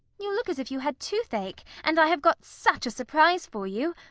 you look as if you had toothache, and i have got such a surprise for you.